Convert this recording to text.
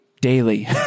daily